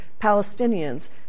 Palestinians